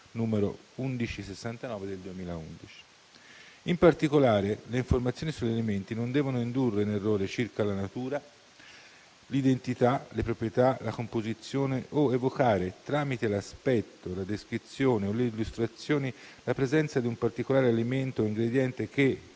n. 1169 del 2011. In particolare, le informazioni sugli elementi non devono indurre in errore circa la natura, l'identità, le proprietà, la composizione o evocare, tramite l'aspetto, la descrizione o le illustrazioni, la presenza di un particolare alimento o ingrediente che,